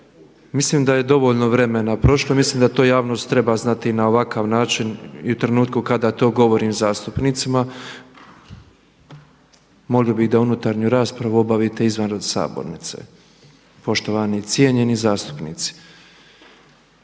Mislim da je dovoljno vremena prošlo i mislim da to javnost treba znati i na ovakav način i u trenutku kada to govorim zastupnicima. Molio bih da unutarnju raspravu obavite izvan sabornici, poštovani i cijenjeni zastupnici.